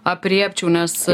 aprėpčiau nes